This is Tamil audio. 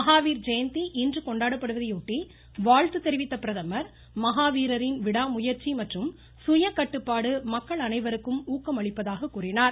மஹாவீர்ஜெயந்தி இன்று கொண்டாடப்படுவதையொட்டி வாழ்த்து தெரிவித்த பிரதமர் மஹாவீரரின் விடாமுயற்சி மற்றும் சுயக்கட்டுப்பாடு மக்கள் அனைவருக்கும் ஊக்கமளிப்பதாக கூறினார்